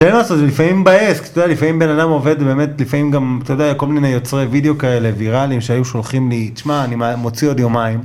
אין מה לעשות זה לפעמים מבאס, לפעמים בן אדם עובד ולפעמים גם כל מיני יוצרי וידאו כאלה ויראליים שהיו שולחים לי, תשמע אני מוציא עוד יומיים.